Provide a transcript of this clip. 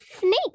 snakes